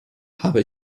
habe